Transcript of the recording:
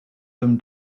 them